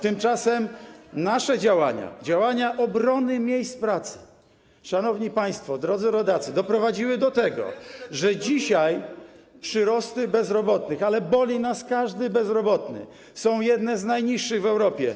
Tymczasem nasze działania, działania dotyczące obrony miejsc pracy, szanowni państwo, drodzy rodacy, doprowadziły do tego, że dzisiaj przyrosty bezrobotnych, ale boli nas każdy bezrobotny, są jedne z najniższych w Europie.